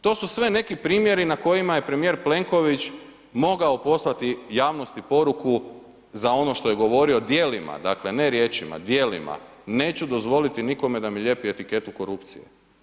To su sve neki primjeri na kojima je premijer Plenković mogao poslati javnosti poruku za ono što je govorio, djelima, dakle ne riječima, djelima, neću dozvoliti nikome da mi lijepi etiketu korupcije.